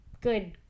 good